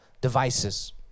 devices